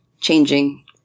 changing